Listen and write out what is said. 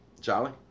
Charlie